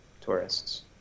tourists